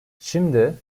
şimdi